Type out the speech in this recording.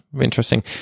interesting